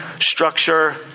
structure